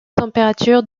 température